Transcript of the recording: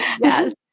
Yes